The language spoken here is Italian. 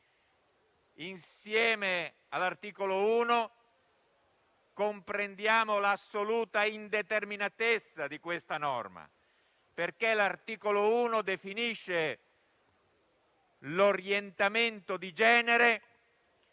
disegno di legge comprendiamo l'assoluta indeterminatezza di questa norma, perché l'articolo 1 definisce l'orientamento di genere